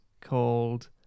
called